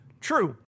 True